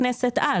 הכנסת אז?